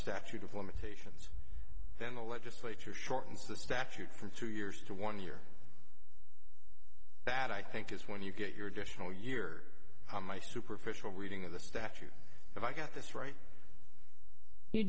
statute of limitations then the legislature shortens the statute from two years to one year that i think is when you get your additional year my superficial reading of the statute if i got this right you